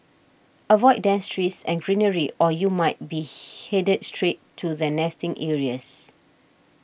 avoid dense trees and greenery or you might be headed straight to their nesting areas